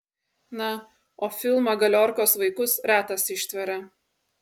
na o filmą galiorkos vaikus retas ištveria